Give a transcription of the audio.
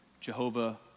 Jehovah